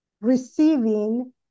receiving